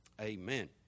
amen